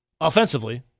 offensively